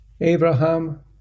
Abraham